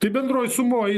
tai bendroj sumoj